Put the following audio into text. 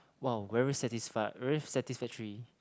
!wow! very satisfy very satisfactory